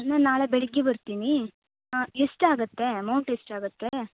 ನಾ ನಾಳೆ ಬೆಳಿಗ್ಗೆ ಬರ್ತೀನಿ ಎಷ್ಟು ಆಗುತ್ತೆ ಅಮೌಂಟ್ ಎಷ್ಟು ಆಗುತ್ತೆ